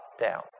down